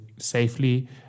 safely